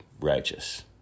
righteous